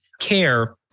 care